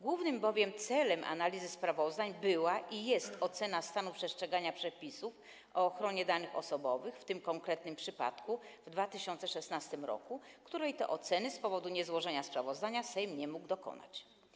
Głównym bowiem celem analizy sprawozdań była i jest ocena stanu przestrzegania przepisów o ochronie danych osobowych, w tym konkretnym przypadku w 2016 r., której to oceny z powodu niezłożenia sprawozdania Sejm nie mógł dokonać.